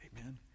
Amen